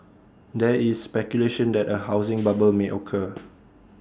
there is speculation that A housing bubble may occur